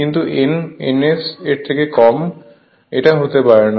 কিন্তু n ns এর থেকে কম এটা হতে পারে না